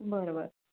बरं बर